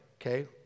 okay